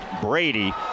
Brady